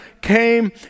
came